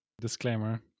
disclaimer